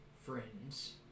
friends